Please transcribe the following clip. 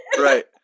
Right